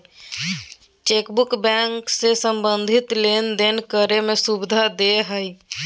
chequebook बैंको से संबंधित लेनदेन करे में सुविधा देय हइ